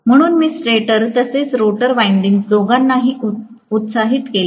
म्हणून मी स्टेटर तसेच रोटर वाईडिंग्ज दोघांनाही उत्साहित केले आहे